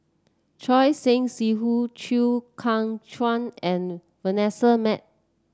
Choor Singh Sidhu Chew Kheng Chuan and Vanessa Mae